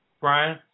Brian